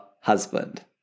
husband